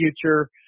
future